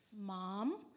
Mom